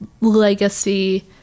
legacy